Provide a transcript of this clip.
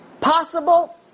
possible